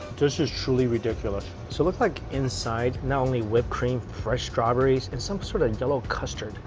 this is truly ridiculous. so looks like inside, not only whipped cream, fresh strawberries, and some sort of yellow custard